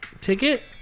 ticket